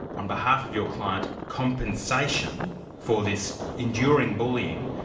on behalf of your client, compensation for this enduring bullying,